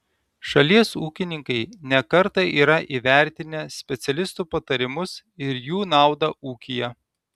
šalies ūkininkai ne kartą yra įvertinę specialistų patarimus ir jų naudą ūkyje